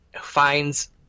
finds